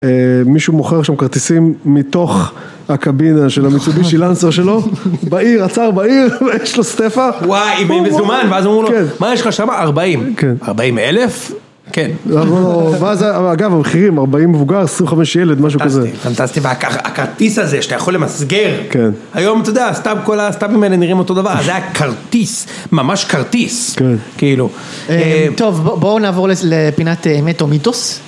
מישהו מוכר שם כרטיסים מתוך הקבינה של המיצובישי לאנסר שלו, בעיר, עצר בעיר, ויש לו סטפה, וואי, מזומן, ואז אמרו לו, מה יש לך שם? ארבעים, ארבעים אלף, כן, אגב, המחירים, ארבעים מבוגר, עשרים וחמש ילד, משהו כזה, פנטסטי, והכרטיס הזה שאתה יכול למסגר, היום אתה יודע, סתם כל הסטאפים האלה נראים אותו דבר, זה היה כרטיס, ממש כרטיס, כאילו, טוב, בואו נעבור לפינת אמת או מיתוס,